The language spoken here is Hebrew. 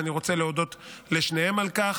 ואני רוצה להודות לשניהם על כך.